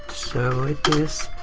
so it is,